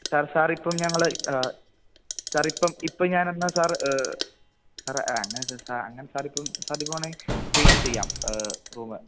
sir സാറിപ്പം ഞങ്ങള് സാറിപ്പം ഇപ്പം ഞാനെന്നാല് സാർ സാറെ അങ്ങനെയല്ല സാർ സാറിപ്പം വേണമെങ്കില് ക്ലീൻ ചെയ്യാം റൂം